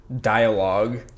dialogue